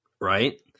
Right